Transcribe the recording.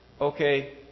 Okay